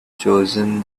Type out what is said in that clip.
chosen